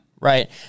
Right